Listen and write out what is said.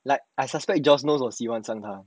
like I suspect joyce know 我喜欢上他